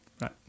Right